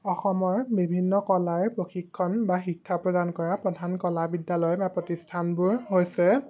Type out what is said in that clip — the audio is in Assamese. অসমৰ বিভিন্ন কলাৰ প্ৰশিক্ষণ বা শিক্ষা প্ৰদান কৰা প্ৰধান কলা বিদ্যালয় বা প্ৰতিষ্ঠানবোৰ হৈছে